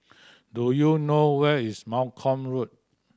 do you know where is Malcolm Road